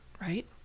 right